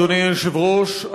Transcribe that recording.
אדוני היושב-ראש,